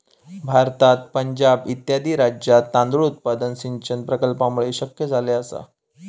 भारतात पंजाब इत्यादी राज्यांत तांदूळ उत्पादन सिंचन प्रकल्पांमुळे शक्य झाले आसा